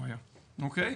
אוקי?